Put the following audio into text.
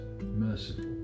merciful